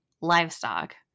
livestock